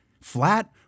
flat